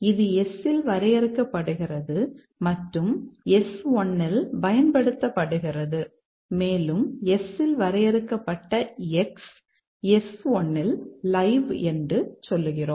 இது S இல் வரையறுக்கப்படுகிறது மற்றும் S1 இல் பயன்படுத்தப்படுகிறது மேலும் S இல் வரையறுக்கப்பட்ட X S1 இல் லைவ் என்று சொல்கிறோம்